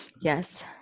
Yes